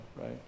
right